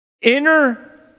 inner